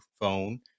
phone